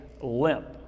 limp